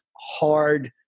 hard